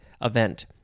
event